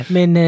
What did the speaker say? Men